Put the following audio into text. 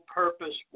purpose